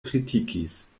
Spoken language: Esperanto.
kritikis